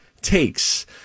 takes